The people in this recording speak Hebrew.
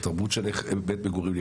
התרבות של בית מגורים.